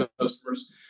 customers